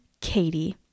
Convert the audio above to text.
Katie